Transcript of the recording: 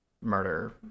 murder